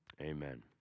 Amen